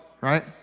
Right